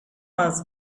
much